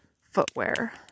footwear